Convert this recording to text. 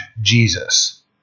Jesus